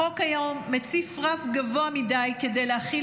החוק היום מציב רף גבוה מדי כדי להחיל